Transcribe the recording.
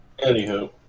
Anywho